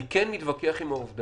אני כן מתווכח עם העובדה